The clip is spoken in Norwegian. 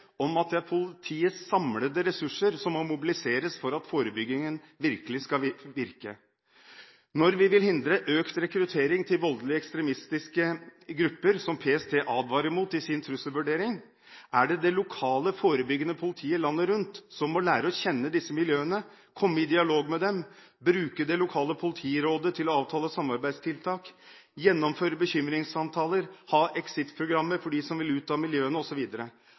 om at politiets samlede ressurser må mobiliseres for at forebyggingen virkelig skal virke. Når vi vil hindre økt rekruttering til voldelige ekstremistiske grupper, som PST advarer mot i sin trusselvurdering, er det det lokale forebyggende politiet landet rundt som må lære å kjenne disse miljøene, komme i dialog med dem, bruke det lokale politirådet til å avtale samarbeidstiltak, gjennomføre bekymringssamtaler, ha exit-programmer for dem som vil ut av miljøene,